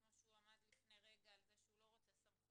כמו שהוא עמד לפני רגע על זה שהוא לא רוצה סמכויות,